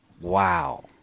Wow